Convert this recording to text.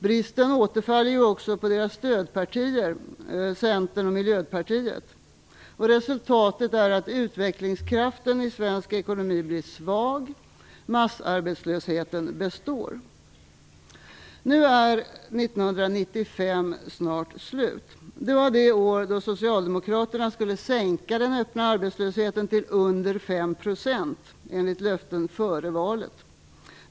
Bristen återfaller också på deras stödpartier, Centern och Miljöpartiet. Resultatet är att utvecklingskraften i svensk ekonomi blir svag och massarbetslösheten består. Nu är 1995 snart slut. Det var det år då socialdemokraterna skulle sänka den öppna arbetslösheten till under 5 % enligt löften före valet.